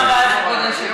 אבל,